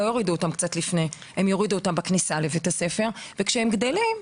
לא קרוב או ליד אלא עד לכניסה לבית הספר וכאשר הילדים גדלים,